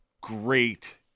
great